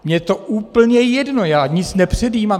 Mně je to úplně jedno, já nic nepředjímám.